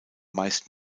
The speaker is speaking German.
meist